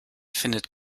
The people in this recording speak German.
findet